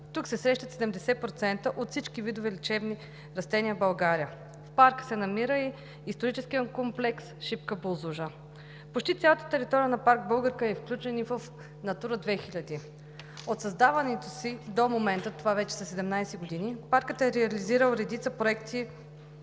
Тук се срещат 70% от всички видове лечебни растения в България. В парка се намира и Историческият комплекс „Шипка – Бузлуджа“. Почти цялата територия на Природен парк „Българка“ е включен и в „Натура 2000“. От създаването си до момента, това вече са 17 години, Паркът е реализирал редица проекти.